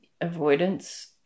avoidance